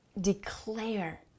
declare